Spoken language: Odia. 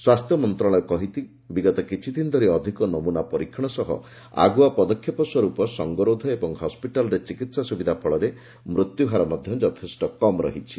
ସ୍ୱାସ୍ଥ୍ୟ ମନ୍ତ୍ରଣାଳୟ କହିଛି ବିଗତ କିଛିଦିନ ଧରି ଅଧିକ ନମୁନା ପରୀକ୍ଷଣ ସହ ଆଗୁଆ ପଦକ୍ଷେପ ସ୍ୱରୂପ ସଙ୍ଗରୋଧ ଏବଂ ହସ୍କିଟାଲ୍ରେ ଚିକିତ୍ସା ସ୍ରବିଧା ଫଳରେ ମୃତ୍ୟୁହାର ମଧ୍ୟ ଯଥେଷ୍ଟ କମ୍ ରହିଛି